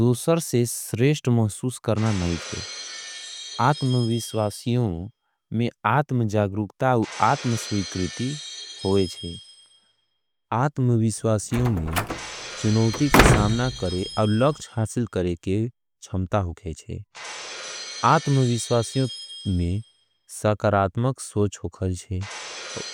दोसर से स्रेष्ट महसूस करना नहीं छे। आत्मविश्वासियों में आत्मजागरूक्ता औँ आत्मस्विक्रिति होई छे। आत्मविश्वासियों में चुनोवती के सामना करे अवलक्ष हासिल करे के छम्ता होगे जे। आत्मविश्वासियों में सकरात्मक सोच होगर जे।